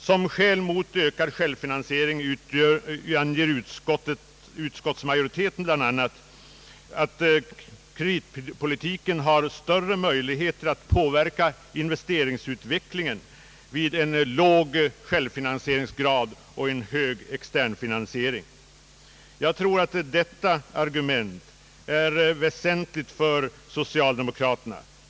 Som skäl mot ökad självfinansiering anger utskottsmajoriteten bl.a. att kreditpolitiken har större möjligheter att påverka investeringsutvecklingen vid en låg självfinansieringsgrad och en hög externfinansiering. Jag tror att detta argument är väsentligt för socialdemokra terna.